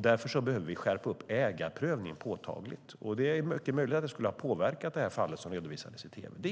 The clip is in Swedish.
Därför behöver vi skärpa ägarprövningen påtagligt. Det är mycket möjligt att det skulle ha påverkat det fall som redovisades i tv.